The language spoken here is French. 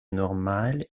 normale